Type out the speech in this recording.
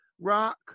rock